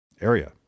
area